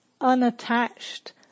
unattached